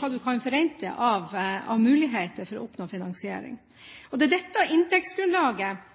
hva du kan forvente av muligheter når det gjelder å oppnå finansiering. Og det er dette inntektsgrunnlaget